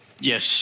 Yes